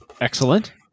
Excellent